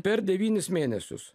per devynis mėnesius